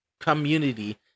community